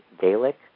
Gaelic